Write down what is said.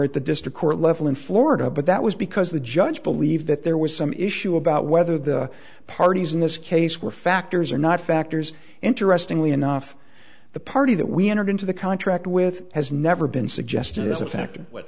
at the district court level in florida but that was because the judge believed that there was some issue about whether the parties in this case were factors or not factors interestingly enough the party that we entered into the contract with has never been suggested as a fact what